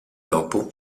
dopo